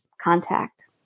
contact